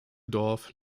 dorf